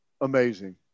amazing